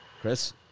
Chris